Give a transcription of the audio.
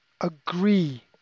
agree